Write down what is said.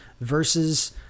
Versus